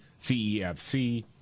CEFC